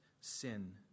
sin